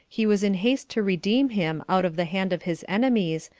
he was in haste to redeem him out of the hand of his enemies,